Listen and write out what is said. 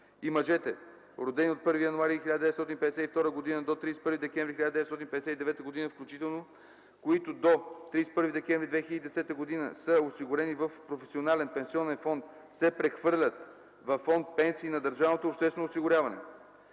и мъжете, родени от 1 януари 1952 г. до 31 декември 1959 г. включително, които до 31 декември 2010 г. са осигурени в професионален пенсионен фонд, се прехвърлят във фонд „Пенсии” на държавното обществено осигуряване.